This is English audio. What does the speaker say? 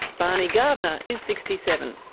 barney gardiner is sixty seven.